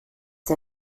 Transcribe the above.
sie